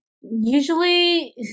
usually